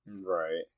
Right